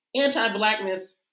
anti-blackness